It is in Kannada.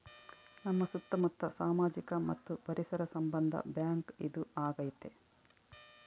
ನಮ್ ಸುತ್ತ ಮುತ್ತ ಸಾಮಾಜಿಕ ಮತ್ತು ಪರಿಸರ ಸಂಬಂಧ ಬ್ಯಾಂಕ್ ಇದು ಆಗೈತೆ